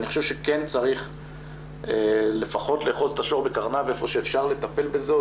אני חושב שכן צריך לפחות לאחוז את השור בקרניו איפה שאפשר לטפל בזה,